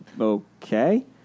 okay